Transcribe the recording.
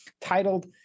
titled